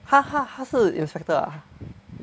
他他他是 inspector ah